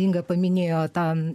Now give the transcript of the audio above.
inga paminėjo tą